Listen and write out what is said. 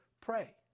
pray